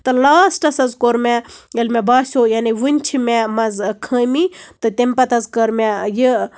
تہٕ لاسٹَس حظ کوٚر مےٚ ییٚلہِ مےٚ باسیٚو یعنی ؤنہِ چھِ مےٚ منٛز خٲمی تہٕ تَمہِ پَتہٕ حظ کٔر مےٚ یہِ